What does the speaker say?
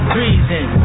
reason